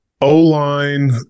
O-line